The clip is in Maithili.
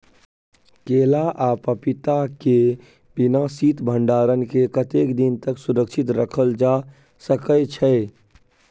केला आ पपीता के बिना शीत भंडारण के कतेक दिन तक सुरक्षित रखल जा सकै छै?